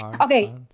Okay